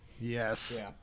yes